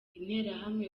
interahamwe